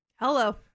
Hello